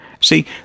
See